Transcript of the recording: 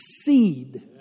seed